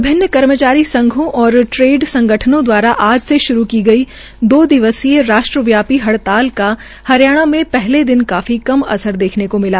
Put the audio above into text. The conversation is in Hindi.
विभिन्न कर्मचारी संघों और ट्रेड संगठनों दवारा आज से श्रू की गई दो दिसवीय राष्ट्र व्यापी हड़ताल का हरियाणा में पहले दिन काफी कम असर देखने को मिला